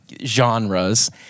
genres